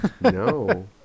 No